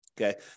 Okay